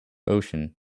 ocean